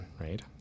right